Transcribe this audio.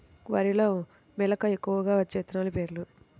వరిలో మెలక ఎక్కువగా వచ్చే విత్తనాలు పేర్లు?